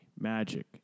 Magic